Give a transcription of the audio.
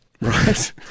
Right